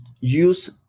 use